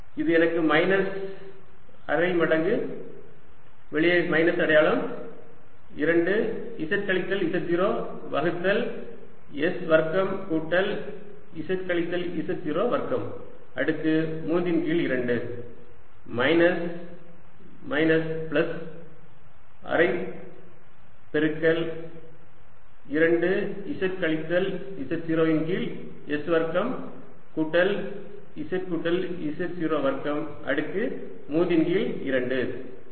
இது எனக்கு மைனஸ் அரை மடங்கு வெளியே மைனஸ் அடையாளம் 2 z கழித்தல் z0 வகுத்தல் s வர்க்கம் கூட்டல் z கழித்தல் z0 வர்க்கம் அடுக்கு 3 கீழ் 2 மைனஸ் மைனஸ் பிளஸ் அரை பெருக்கல் 2 z கூட்டல் z0 இன் கீழ் s வர்க்கம் கூட்டல் z கூட்டல் z0 வர்க்கம் அடுக்கு 3 கீழ் 2 இந்த 2 ரத்தாகும்